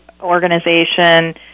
organization